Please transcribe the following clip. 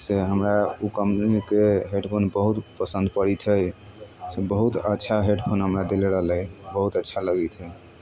से हमरा ओ कम्पनीके हेडफोन बहुत पसन्द पड़ैत हइ से बहुत अच्छा हेडफोन हमरा देले रहलै बहुत अच्छा लगैत हइ